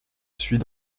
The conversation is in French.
suis